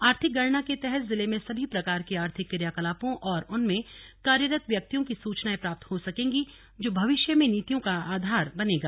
आर्थिक गणना के तहत जिले में सभी प्रकार के आर्थिक क्रियाकलापों और उनमें कार्यरत व्यक्तियों की सूचनाएं प्राप्त हो सकेंगी जो भविष्य में नीतियों का आधार बनेगा